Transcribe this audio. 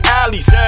alleys